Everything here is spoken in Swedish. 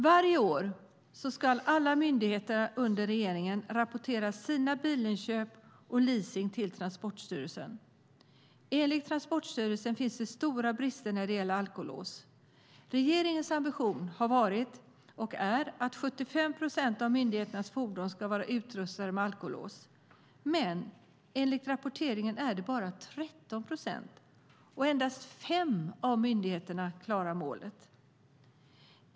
Varje år ska alla myndigheter under regeringen rapportera sina bilinköp och sin leasing till Transportstyrelsen. Enligt Transportstyrelsen finns det stora brister när det gäller alkolås. Regeringens ambition är att 75 procent av myndigheternas fordon ska vara utrustade med alkolås. Enligt rapporteringen är det dock bara 13 procent, och endast fem myndigheter klarar målet.